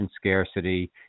scarcity